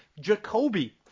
Jacoby